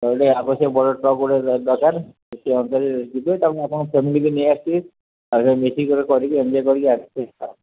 ତ ଟିକିଏ ଆବଶ୍ୟକ ବଡ଼ ଟ୍ରକ୍ ଗୋଟେ ଦରକାର ସେ ଅନୁସାରେ ଯିବେ ତେଣୁ ଆପଣଙ୍କ ଫେମିଲି ବି ନେଇ ଆସିିବେ ତ ମିଶିକରି କରିକି ଏନ୍ଜଏ କରି ଆସିବା